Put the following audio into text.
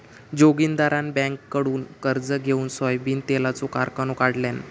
जोगिंदरान बँककडुन कर्ज घेउन सोयाबीन तेलाचो कारखानो काढल्यान